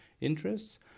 interests